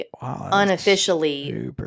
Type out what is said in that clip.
unofficially